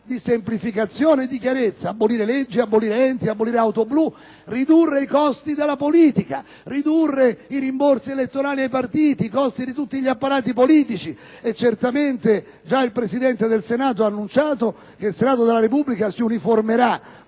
di semplificazione e di chiarezza: abolire leggi, abolire enti, abolire auto blu, ridurre i costi della politica, ridurre i rimborsi elettorali ai partiti, ridurre i costi di tutti gli apparati politici. Il presidente Schifani ha già annunciato che il Senato della Repubblica si uniformerà,